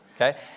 okay